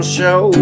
show